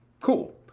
cool